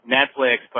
Netflix